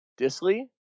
Disley